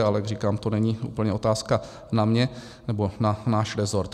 Ale jak říkám, to není úplně otázka na mě nebo na náš rezort.